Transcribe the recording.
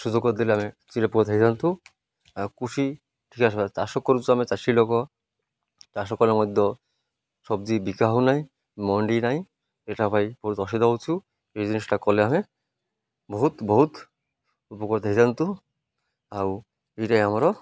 ସୁଯୋଗ ଦେଲେ ଆମେ ଚୀର ଉପକୃତ ହେଇ ଯାଆନ୍ତୁ ଆଉ କୃଷି ଆସ ଚାଷ କରୁଛୁ ଆମେ ଚାଷୀ ଲୋକ ଚାଷ କଲେ ମଧ୍ୟ ସବ୍ଜିି ବିକ୍ରି ହଉ ନାହିଁ ମଣ୍ଡି ନାହିଁ ଏଇଟା ଭାଇ ବହୁତ ଅସୁବିଧା ହେଉଛୁ ଏଇ ଜିନିଷଟା କଲେ ଆମେ ବହୁତ ବହୁତ ଉପକୃତ ହେଇଯାନ୍ତୁ ଆଉ ଏଇଟା ଆମର